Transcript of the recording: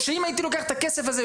או שאם הייתי לוקח את הכסף הזה,